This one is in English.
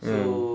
mm